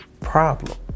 problem